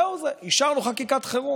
זהו זה, אישרנו חקיקת חירום.